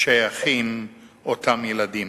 שייכים אותם ילדים.